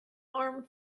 arm